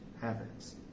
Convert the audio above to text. habits